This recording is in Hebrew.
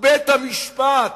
ובית-המשפט